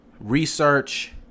research